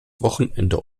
wochenende